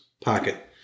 pocket